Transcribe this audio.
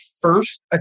first